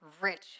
Rich